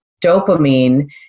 dopamine